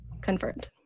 confirmed